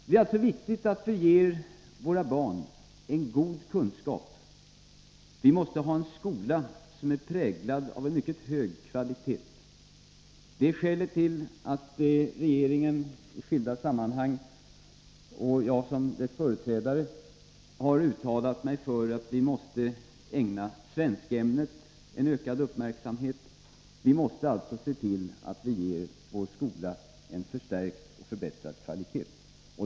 Det är alltså viktigt att vi ger våra barn en god kunskap. Vi måste ha en skola som präglas av mycket hög kvalitet. Det är skälet till att regeringen i skilda sammanhang, och jag som dess företrädare, har uttalat att vi måste ägna svenskämnet ökad uppmärksamhet. Vi måste alltså se till att vi förbättrar kvaliteten på vår skola.